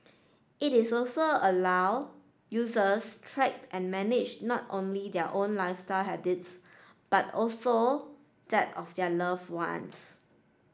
it is also allow users track and manage not only their own lifestyle habits but also that of their love ones